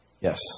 Yes